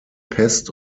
pest